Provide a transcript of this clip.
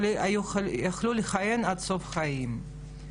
יכלו לכהן עד סוף החיים.